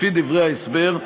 לפי דברי ההסבר,